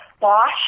Bosch